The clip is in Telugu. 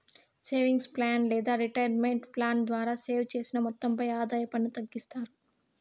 సేవింగ్స్ ప్లాన్ లేదా రిటైర్మెంట్ ప్లాన్ ద్వారా సేవ్ చేసిన మొత్తంపై ఆదాయ పన్ను తగ్గిస్తారు